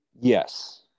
yes